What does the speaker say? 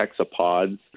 hexapods